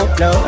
no